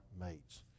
mates